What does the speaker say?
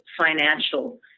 financial